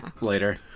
later